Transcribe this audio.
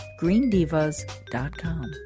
greendivas.com